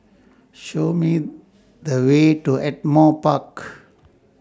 Show Me The Way to Ardmore Park